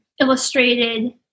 illustrated